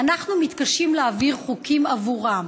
אנחנו מתקשים להעביר חוקים עבורם.